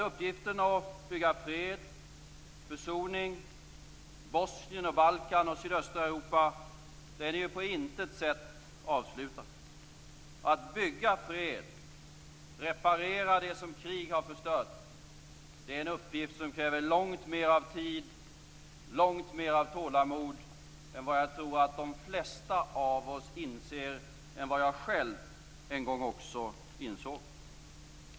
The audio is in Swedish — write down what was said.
Uppgiften att bygga fred och försoning i Bosnien, Balkan och sydöstra Europa är på intet sätt avslutad. Att bygga fred och reparera det som krig har förstört är en uppgift som kräver långt mer av tid, långt mer av tålamod än vad jag tror att de flesta av oss inser och än vad jag också själv en gång insåg.